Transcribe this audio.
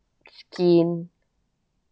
skin